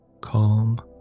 Calm